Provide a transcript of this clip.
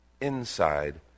inside